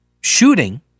shooting